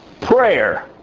prayer